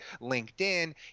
LinkedIn